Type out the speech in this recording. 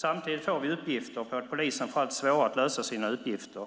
Samtidigt får vi uppgifter på att polisen får allt svårare att lösa sina uppgifter.